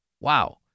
Wow